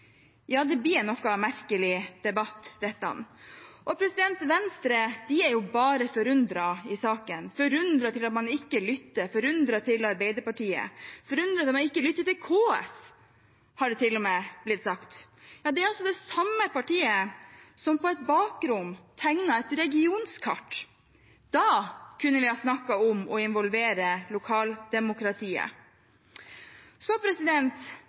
Ja, dette blir en noe merkelig debatt. Venstre er bare forundret i saken, forundret over at man ikke lytter, forundret over Arbeiderpartiet – forundret over at man ikke lytter til KS, har det til og med blitt sagt. Det er det samme partiet som på et bakrom tegnet et regionkart. Da kunne vi ha snakket om å involvere